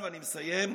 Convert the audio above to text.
אני מסיים.